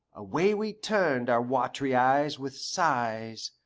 away we turned our watery eyes with sighs,